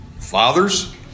fathers